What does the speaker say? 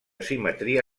simetria